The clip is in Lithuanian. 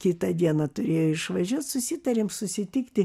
kitą dieną turėjo išvažiuot susitarėm susitikti